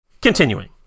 Continuing